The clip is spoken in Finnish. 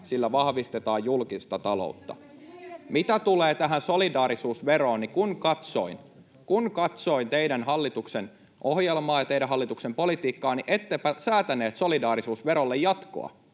Sieltä tulisi 40 miljoonaa!] Mitä tulee tähän solidaarisuusveroon, niin kun katsoin teidän hallituksen ohjelmaa ja teidän hallituksen politiikkaa, niin ettepä säätäneet solidaarisuusverolle jatkoa